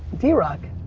drock,